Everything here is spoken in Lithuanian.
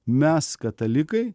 mes katalikai